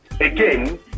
again